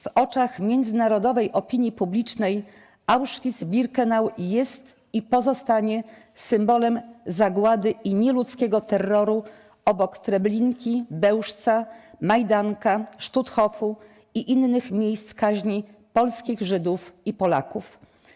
W oczach międzynarodowej opinii publicznej Auschwitz-Birkenau jest i pozostanie symbolem Zagłady i nieludzkiego terroru, obok Treblinki, Bełżca, Majdanka, Stutthofu i innych miejsc kaźni polskich Żydów i Polaków.